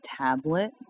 tablet